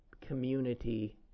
community